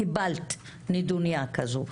קיבלת נדוניה כזו,